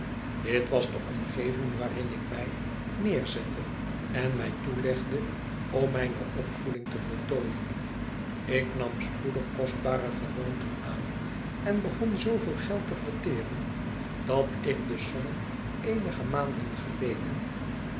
dit was de omgeving waarin ik mij neerzette en mij toelegde om mijne opvoeding te voltooien ik nam spoedig kostbare gewoonten aan en begon zooveel geld te verteren dat ik de sommen eenige maanden geleden